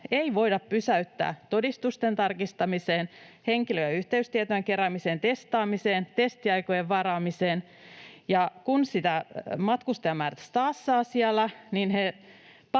ei voida pysäyttää todistusten tarkistamiseen, henkilö- ja yhteystietojen keräämiseen, testaamiseen tai testiaikojen varaamiseen, ja kun ne matkustajamäärät staassaavat siellä,